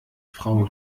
frau